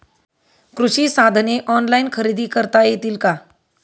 कृषी साधने ऑनलाइन खरेदी करता येतील का?